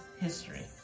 history